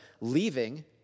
leaving